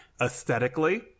aesthetically